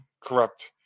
corrupt